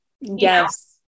yes